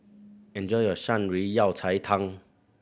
enjoy your Shan Rui Yao Cai Tang